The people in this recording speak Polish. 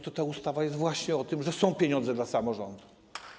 Ta ustawa jest właśnie o tym, że są pieniądze dla samorządów.